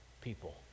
people